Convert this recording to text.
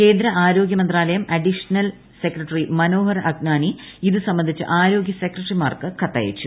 കേന്ദ്ര ആരോഗ്യ മന്ത്രാലയം അഡീഷണൽ സെക്രട്ടറി മനോഹർ അഗ്നാനി ഇതുസംബന്ധിച്ച് ആരോഗൃ സെക്രട്ടറിമാർക്ക് കത്തയച്ചു